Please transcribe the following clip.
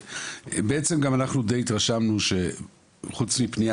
בעצם גם אנחנו די התרשמנו שחוץ מפנייה